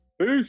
Peace